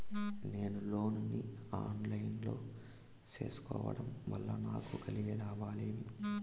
నేను లోను ను online లో సేసుకోవడం వల్ల నాకు కలిగే లాభాలు ఏమేమీ?